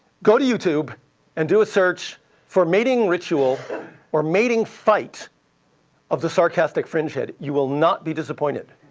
go to youtube and do a search for mating ritual or mating fight of the sarcastic fringehead. you will not be disappointed.